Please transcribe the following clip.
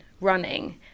running